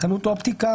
חנות אופטיקה,